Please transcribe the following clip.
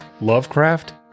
Lovecraft